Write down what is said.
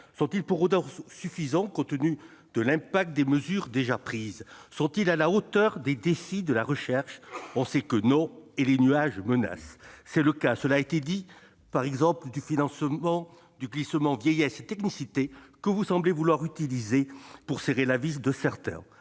Sont-ils pour autant suffisants compte tenu de l'impact des mesures déjà prises ? Sont-ils à la hauteur des défis de la recherche ? On sait que non, et les nuages menacent. C'est le cas, par exemple, du financement du glissement vieillesse-technicité, que vous semblez vouloir utiliser pour serrer la vis de certains.